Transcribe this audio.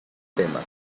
tema